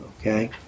Okay